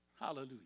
hallelujah